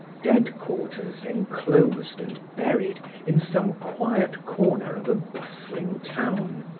dead quarters enclosed and buried in some quiet corner of a bustling town.